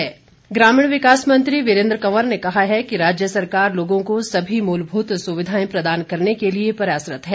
वीरेन्द्र कंवर ग्रामीण विकास मंत्री वीरेन्द्र कंवर ने कहा है कि राज्य सरकार लोगों को सभी मूलभूत सुविधाएं प्रदान करने के लिए प्रयासरत है